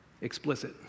explicit